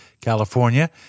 California